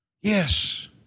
Yes